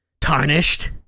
tarnished